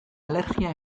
alergia